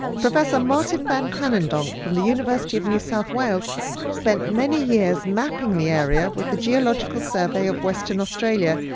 professor martin van kranendonk from the university of new south wales spent many years mapping the area with the geological survey of western australia,